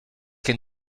can